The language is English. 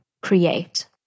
create